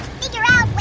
figure out